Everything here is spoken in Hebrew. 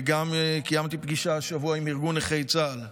וגם קיימתי פגישה השבוע עם ארגון נכי צה"ל.